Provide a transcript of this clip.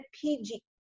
PG